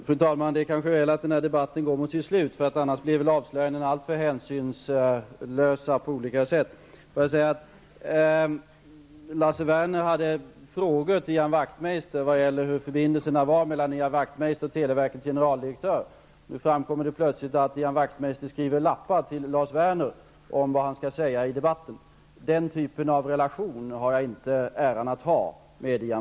Fru talman! Det kanske är väl att den här debatten går mot sitt slut, annars kan avslöjandena bli alltför hänsynslösa. Lars Werner ställde frågor till Ian Wachtmeister om hur förbindelserna var mellan honom och televerkets generaldirektör. Nu framkommer det plötsligt att Ian Wachtmeister skriver lappar till Lars Werner om vad han skall säga i debatten. Den typen av relation har jag inte äran att ha med Ian